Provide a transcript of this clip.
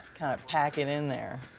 kind of pack it in there.